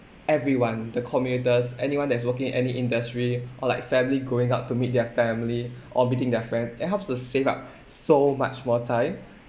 everyone the commuters anyone that is working any industry or like family going out to meet their family or meeting their friends it helps to save up so much more time